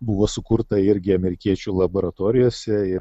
buvo sukurta irgi amerikiečių laboratorijose ir